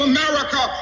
America